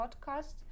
podcast